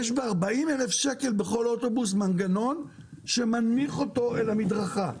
יש ב-40,000 שקל בכל אוטובוס מנגנון שמנמיך אותו אל המדרכה,